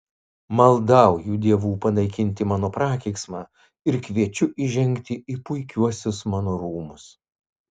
maldauju dievų panaikinti mano prakeiksmą ir kviečiu įžengti į puikiuosius mano rūmus